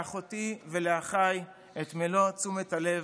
לאחותי ולאחיי את מלוא תשומת הלב,